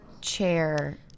Chair